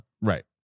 Right